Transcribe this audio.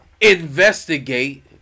investigate